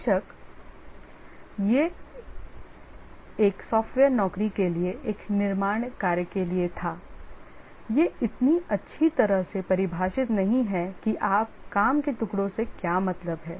बेशक यह एक सॉफ्टवेयर नौकरी के लिए एक निर्माण कार्य के लिए था यह इतनी अच्छी तरह से परिभाषित नहीं है कि आप काम के टुकड़ों से क्या मतलब है